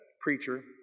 preacher